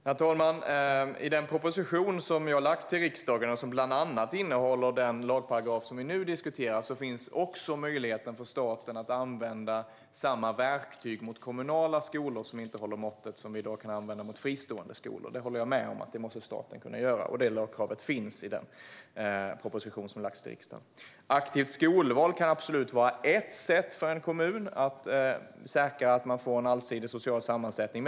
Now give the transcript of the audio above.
Herr talman! I den proposition som vi har lagt fram till riksdagen, som bland annat innehåller den lagparagraf som vi nu diskuterar, finns också möjligheten för staten att använda samma verktyg mot kommunala skolor som inte håller måttet som vi i dag kan använda mot fristående skolor. Jag håller med om att staten måste kunna göra detta, och ett sådant lagkrav finns i den proposition som har lagts fram till riksdagen. Aktivt skolval kan absolut vara ett sätt för en kommun att säkerställa att man får en allsidig social sammansättning.